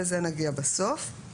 לזה נגיע בסוף.